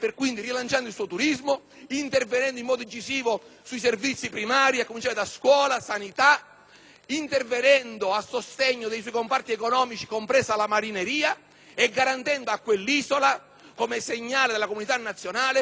intervenendo a sostegno dei suoi comparti economici, compreso quello della marineria, e garantendo all'isola, come segnale della comunità nazionale, collegamenti stabili che garantiscano intanto il diritto alla mobilità dei residenti.